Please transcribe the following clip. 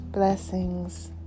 blessings